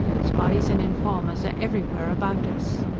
spies and informers are everywhere about us.